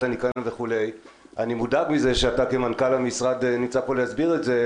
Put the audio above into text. הניקיון אני מודאג מזה שאתה כמנכ"ל המשרד נמצא פה להסביר את זה.